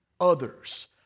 Others